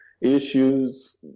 issues